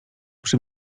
przy